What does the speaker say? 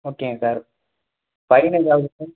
ஓகேங்க sir fine ஏதாவது sir